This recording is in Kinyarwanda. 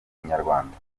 inyarwanda